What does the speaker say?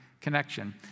connection